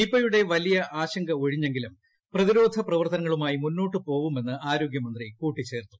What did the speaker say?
നിപയുടെ വലിയ ആശങ്കയൊഴിഞ്ഞെങ്കിലും പ്രതിരോധ പ്രവർത്തനങ്ങളു മായി മുന്നോട്ട് പോവുമെന്ന് ആരോഗ്യമന്ത്രി കൂട്ടിച്ചേർത്തു